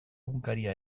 egunkaria